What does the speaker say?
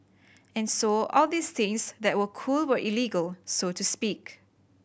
and so all these things that were cool were illegal so to speak